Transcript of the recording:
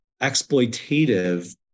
exploitative